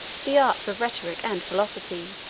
the arts of rhetoric and philosophy.